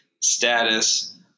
status